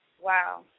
Wow